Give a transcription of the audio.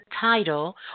title